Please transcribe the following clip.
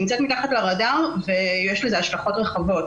שנמצאת מתחת לרדאר ויש לזה השלכות רחבות